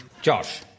Josh